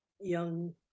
young